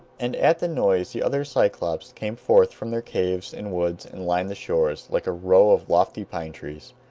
and at the noise the other cyclopes came forth from their caves and woods and lined the shore, like a row of lofty pine trees.